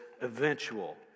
eventual